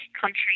country